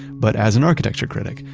but as an architecture critic,